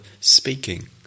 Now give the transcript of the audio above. speaking